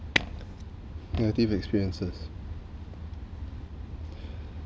negative experiences